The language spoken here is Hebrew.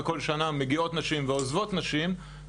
וכל שנה מגיעות נשים ועוזבות נשים.